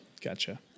gotcha